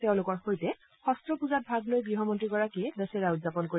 তেওঁলোকৰ সৈতে শব্ত পূজাত ভাগ লৈ গৃহ মন্ত্ৰীগৰাকীয়ে দছেৰা উদযাপন কৰিব